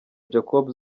jacob